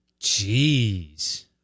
Jeez